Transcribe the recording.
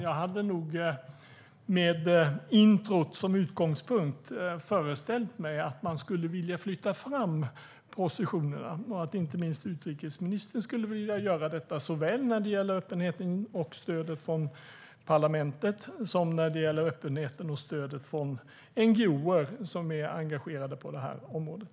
Jag hade nog med inledningen som utgångspunkt föreställt mig att man skulle vilja flytta fram positionerna och att inte minst utrikesministern skulle vilja göra detta såväl när det gäller öppenheten och stödet från parlamentet som när det gäller öppenheten och stödet från NGO:er som är engagerade på det här området.